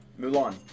Mulan